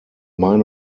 meine